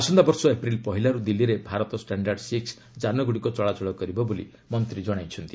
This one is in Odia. ଆସନ୍ତା ବର୍ଷ ଏପ୍ରିଲ୍ ପହିଲାରୁ ଦିଲ୍ଲୀରେ ଭାରତ ଷ୍ଟାଣ୍ଡାର୍ଡ୍ ସିକ୍ ଯାନଗୁଡ଼ିକ ଚଳାଚଳ କରିବ ବୋଲି ମନ୍ତ୍ରୀ କହିଛନ୍ତି